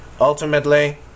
Ultimately